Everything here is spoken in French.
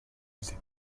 musée